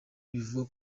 bivura